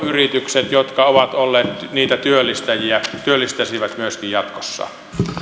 yritykset jotka ovat olleet niitä työllistäjiä työllistäisivät myöskin jatkossa